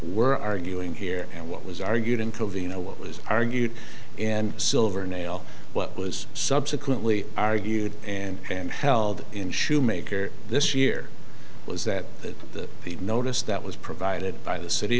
we're arguing here and what was argued in covina what was argued and silver nail well was subsequently argued and and held in shoemaker this year was that the notice that was provided by the city